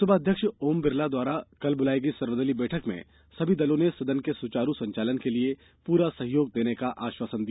लोकसभा अध्यक्ष ओम बिरला द्वारा कल ब्रुलाई गई सर्वदलीय बैठक में सभी दलों ने सदन के सुचारू संचालन के लिये पूरा सहयोग देने का आश्वासन दिया